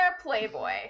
Playboy